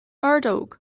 ordóg